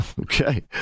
Okay